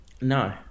No